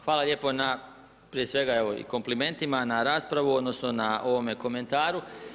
Hvala lijepo na, prije svega evo i komplimentima, na raspravu odnosno na ovome komentaru.